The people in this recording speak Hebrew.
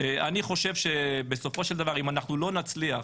אני חושב שאם אנחנו לא נצליח